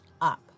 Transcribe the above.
up